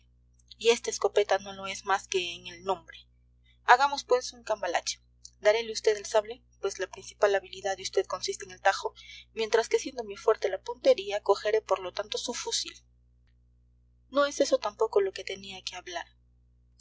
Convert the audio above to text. y esta escopeta no lo es más que en el nombre hagamos pues un cambalache darele a usted el sable pues la principal habilidad de vd consiste en el tajo mientras que siendo mi fuerte la puntería cogeré por lo tanto su fusil no es eso tampoco lo que tenía que hablar